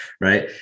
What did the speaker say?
Right